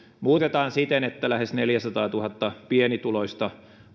muutetaan siten että lähes neljäsataatuhatta pienituloista